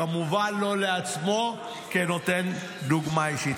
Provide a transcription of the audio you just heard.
וכמובן לא לעצמו כנותן דוגמה אישית.